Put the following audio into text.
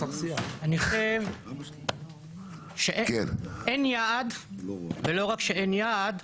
אני חושב שאין יעד ולא רק שאין יעד,